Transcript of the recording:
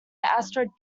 asteroid